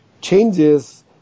changes